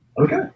okay